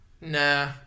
Nah